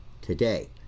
today